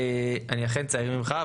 אני אכן צעיר ממך,